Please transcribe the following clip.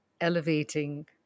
elevating